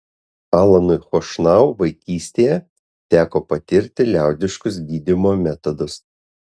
alanui chošnau vaikystėje teko patirti liaudiškus gydymo metodus